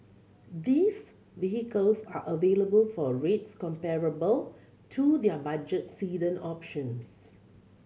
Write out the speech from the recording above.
these vehicles are available for rates comparable to their budget sedan options